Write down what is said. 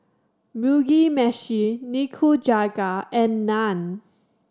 Mugi Meshi Nikujaga and Naan